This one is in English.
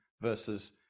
versus